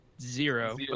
zero